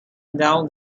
down